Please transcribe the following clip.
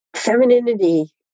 Femininity